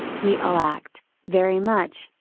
we all act, very much,